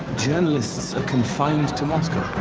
journalists confined to moscow? for